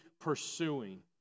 pursuing